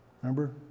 Remember